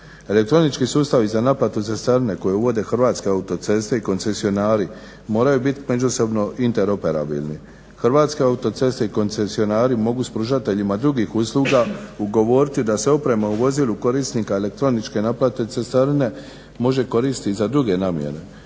Elektronički sustavi za naplatu cestarine koje uvode Hrvatske autoceste i koncesionari moraju bit međusobno interoperabilni. Hrvatske autoceste i koncesionari mogu s pružateljima drugih usluga ugovoriti da se oprema u vozilu korisnika elektroničke naplate cestarine može koristit za druge namjene,